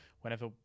whenever